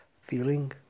feeling